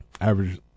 average